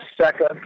second